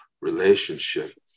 relationship